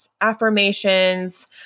affirmations